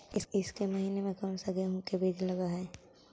ईसके महीने मे कोन सा गेहूं के बीज लगे है?